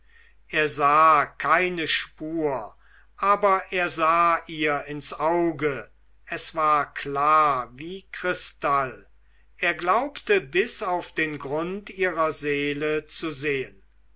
er sah keine spur aber er sah ihr ins auge es war klar wie kristall er glaubte bis auf den grund ihrer seele zu sehen